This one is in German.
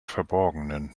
verborgenen